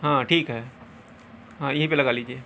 ہاں ٹھیک ہے ہاں یہیں پہ لگا لیجیے